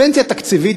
פנסיה תקציבית,